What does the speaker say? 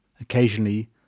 Occasionally